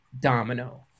Domino